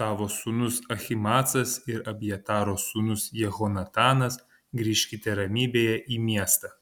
tavo sūnus ahimaacas ir abjataro sūnus jehonatanas grįžkite ramybėje į miestą